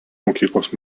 mokyklos